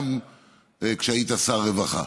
גם כשהיית שר הרווחה.